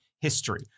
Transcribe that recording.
history